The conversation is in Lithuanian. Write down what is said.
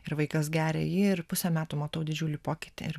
ir vaikas geria jį ir pusę metų matau didžiulį pokytį ir